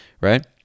right